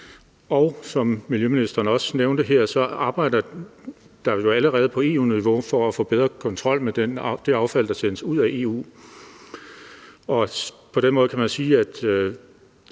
Og som miljøministeren også nævnte her, arbejdes der jo allerede på EU-niveau for at få bedre kontrol med det affald, der sendes ud af EU, og på den måde kan man sige, at